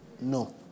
No